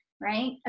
Right